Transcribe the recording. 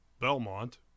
Belmont